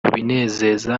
binezeza